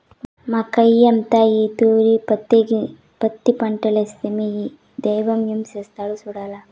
మాకయ్యంతా ఈ తూరి పత్తి పంటేస్తిమి, దైవం ఏం చేస్తాడో సూడాల్ల